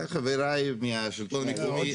חבריי מהשלטון המקומי.